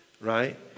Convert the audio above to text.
right